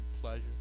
pleasure